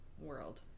world